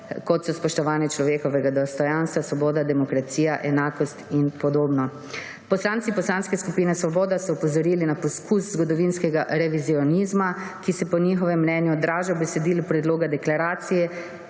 kot so spoštovanje človekovega dostojanstva, svoboda, demokracija, enakost in podobno. Poslanci Poslanske skupine Svoboda so opozorili na poskus zgodovinskega revizionizma, ki se po njihovem mnenju odraža v besedilu predloga deklaracije,